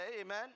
amen